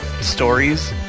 stories